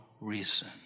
reason